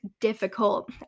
difficult